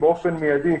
הוא דאג באופן מיידי